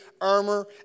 Armor